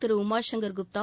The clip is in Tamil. திரு உமாசங்கா் குப்தா